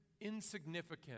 insignificant